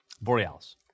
Borealis